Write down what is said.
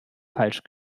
falsch